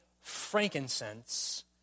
frankincense